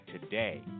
today